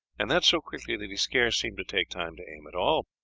and that so quickly that he scarce seemed to take time to aim at all,